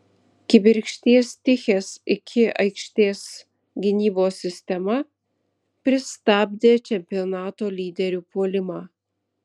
kibirkšties tichės iki aikštės gynybos sistema pristabdė čempionato lyderių puolimą